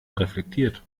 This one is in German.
reflektiert